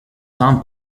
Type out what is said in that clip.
sans